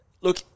look